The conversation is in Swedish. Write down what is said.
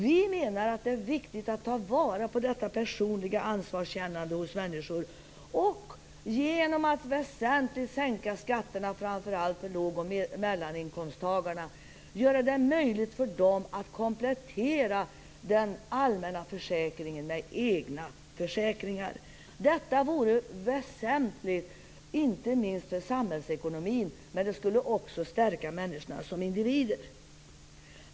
Vi menar att det är viktigt att ta vara på detta personliga ansvarskännande hos människor och genom att väsentligt sänka skatterna, framför allt för låg och mellaninkomsttagarna, göra det möjligt för dem att komplettera den allmänna försäkringen med egna försäkringar. Detta är väsentligt, inte minst för samhällsekonomin, men det skulle också stärka människorna som individer.